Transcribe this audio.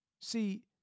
See